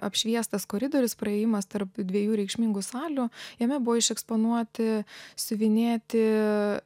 apšviestas koridorius praėjimas tarp dviejų reikšmingų salių jame buvo išeksponuoti siuvinėti